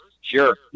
Sure